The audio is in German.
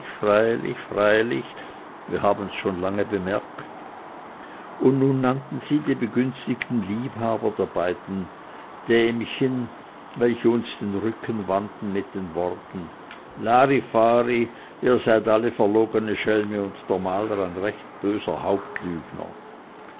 freilich freilich wir haben's schon lange gemerkt und nun nannten sie die begünstigten liebhaber der beiden dämchen welche uns den rücken wandten mit den worten larifari ihr seid alle verlogene schelme und der maler ein recht böser